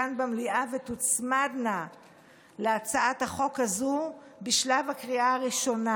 כאן במליאה ותוצמדנה להצעת החוק הזו בשלב הקריאה הראשונה.